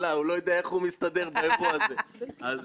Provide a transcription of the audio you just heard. אבל בהחלט שתחזור.